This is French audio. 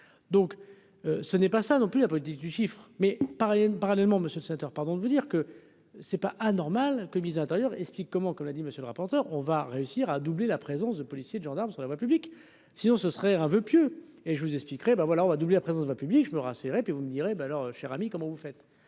donc ce n'est pas ça non plus, la politique du chiffre mais par parallèlement Monsieur sept heures, pardon de vous dire que c'est pas anormal que intérieur explique comment, comme l'a dit monsieur le rapporteur, on va réussir à doubler la présence de policiers, de gendarmes sur la voie publique, sinon ce serait un voeu pieux. Et je vous expliquerai ben voilà, on va doubler la présence va publier, je me rassurer et puis vous me direz : ben alors cher ami, comment vous faites.